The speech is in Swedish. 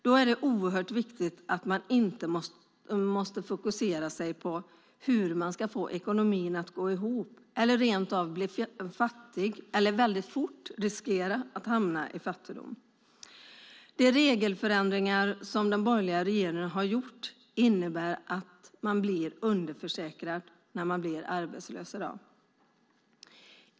Då är det oerhört viktigt att man inte måste fokusera på hur man ska få ekonomin att gå ihop, eller rent av bli fattig eller väldigt fort riskera att hamna i fattigdom. De regelförändringar som den borgerliga regeringen har gjort innebär att man blir underförsäkrad när man blir arbetslös i dag.